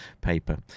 paper